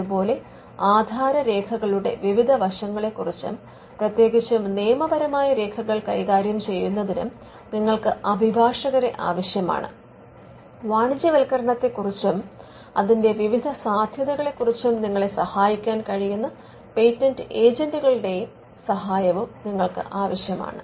അത് പോലെ ആധാരരേഖകളുടെ വിവിധ വശങ്ങളെക്കുറിച്ചും പ്രതേകിച്ച് നിയപരമായ രേഖകൾ കൈകാര്യം ചെയ്യുന്നതിനും നിങ്ങൾക്ക് അഭിഭാഷകരെ ആവശ്യമാണ് വാണിജ്യവൽക്കരണത്തെ കുറിച്ചും അതിന്റെ വിവിധ സാധ്യതകളെക്കുറിച്ചും നിങ്ങളെ സഹായിക്കാൻ കഴിയുന്ന പേറ്റന്റ് ഏജന്റുകളെയും നിങ്ങൾക്ക് ആവശ്യമാണ്